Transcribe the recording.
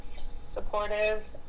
supportive